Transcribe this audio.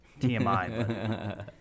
tmi